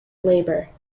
labour